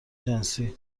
جنسی